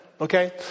Okay